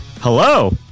Hello